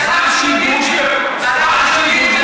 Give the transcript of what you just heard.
חל שיבוש במנגנון.